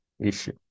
issue